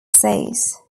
says